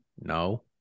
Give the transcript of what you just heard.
No